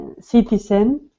citizen